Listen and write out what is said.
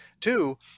two